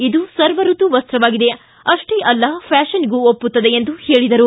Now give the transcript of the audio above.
ಇದು ಸರ್ವಾಯತು ವಸ್ತವಾಗಿದೆ ಅಷ್ಟೇ ಅಲ್ಲ ಫ್ಕಾಷನ್ಗೂ ಒಪ್ಪುತ್ತದೆ ಎಂದು ಹೇಳಿದರು